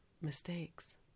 mistakes